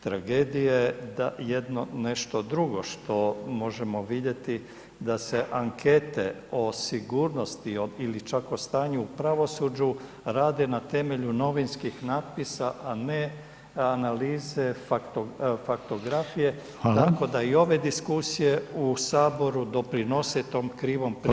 Tragedije da jedno nešto drugo što možemo vidjeti da se ankete o sigurnosti ili čak o stanju u pravosuđu, rade na temelju novinskih natpisa a ne analize faktografije tako da i ove diskusije u Saboru doprinose tom krivom prikazu